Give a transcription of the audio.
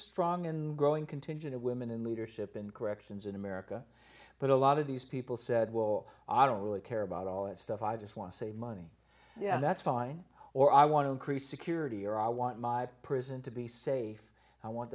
strong and growing contingent of women in leadership in corrections in america but a lot of these people said well i don't really care about all that stuff i just want to say money yeah that's fine or i want to increase security or i want my prison to be safe i want